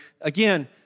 again